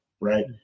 right